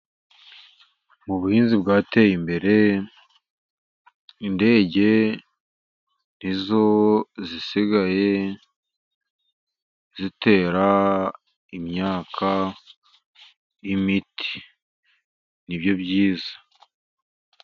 Mu buhinzi bwateye imbere, indege ni zo zisigaye zitera imyaka imiti ni byo byiza.